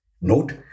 Note